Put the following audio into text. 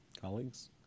Colleagues